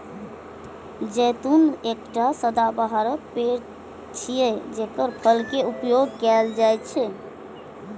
जैतून एकटा सदाबहार पेड़ छियै, जेकर फल के उपयोग कैल जाइ छै